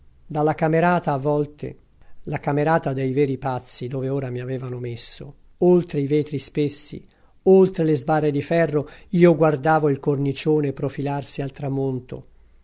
dalla avete a io avevo mai oltre i vetri spessi oltre le sbarre di ferro io guardavo il cornicione profilarsi al tramonto